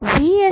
ൻറെ മൂല്യം